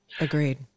Agreed